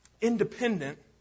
independent